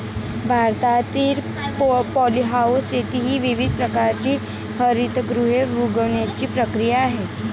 भारतातील पॉलीहाऊस शेती ही विविध प्रकारची हरितगृहे उगवण्याची प्रक्रिया आहे